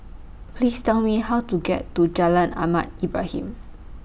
Please Tell Me How to get to Jalan Ahmad Ibrahim